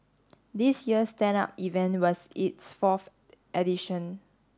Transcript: this year's Stand Up event was its fourth edition